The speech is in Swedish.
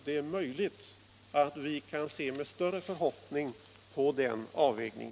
Det är möjligt att vi nu kan se med större förhoppningar på denna avvägning.